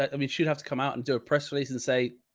i mean, she'd have to come out and do a press release and say,